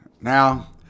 Now